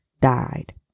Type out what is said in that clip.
died